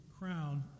crown